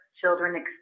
children